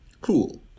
Cool